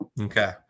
Okay